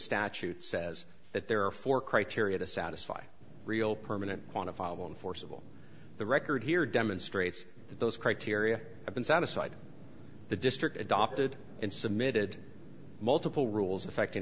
statute says that there are four criteria to satisfy real permanent quantifiable enforceable the record here demonstrates that those criteria have been satisfied the district adopted and submitted multiple rules affecting